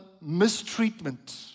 mistreatment